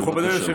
בבקשה.